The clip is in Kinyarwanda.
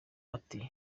ati